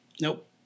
Nope